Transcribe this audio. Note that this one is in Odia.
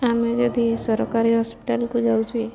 ଆମେ ଯଦି ସରକାରୀ ହସ୍ପିଟାଲ୍କୁ ଯାଉଛି